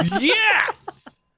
yes